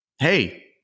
Hey